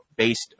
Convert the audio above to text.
based